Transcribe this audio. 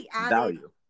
value